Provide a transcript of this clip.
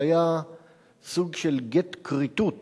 שהיה סוג של גט כריתות